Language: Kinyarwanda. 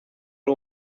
ari